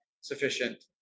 sufficient